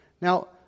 Now